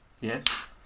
Yes